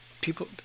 people